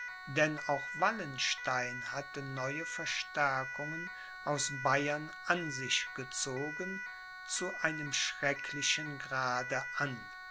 denn auch wallenstein hatte neue verstärkungen aus bayern an sich gezogen zu einem schrecklichen grade an